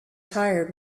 tired